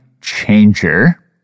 changer